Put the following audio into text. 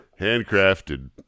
Handcrafted